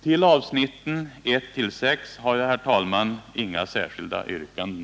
Till avsnitten 1-6 har jag, herr talman, inga särskilda yrkanden.